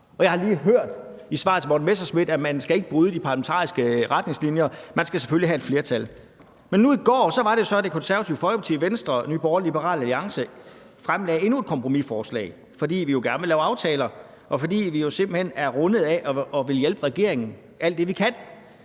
jeg har lige hørt i svaret til hr. Morten Messerschmidt, at man ikke skal bryde de parlamentariske retningslinjer, man skal selvfølgelig have et flertal. Men nu i går var det så, at Det Konservative Folkeparti, Venstre, Nye Borgerlige og Liberal Alliance fremlagde endnu et kompromisforslag, fordi vi jo gerne vil lave aftaler, og fordi vi simpelt hen er rundet af at ville hjælpe regeringen alt det, vi kan.